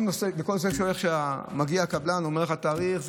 נושא כשמגיע הקבלן והוא אומר לך תאריך,